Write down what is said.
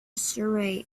surrey